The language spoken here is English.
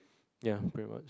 ya pretty much